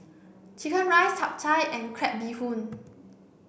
chicken rice Chap Chai and Crab Bee Hoon